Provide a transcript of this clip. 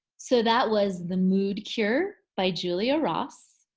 so that was the mood cure by julia ross.